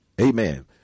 Amen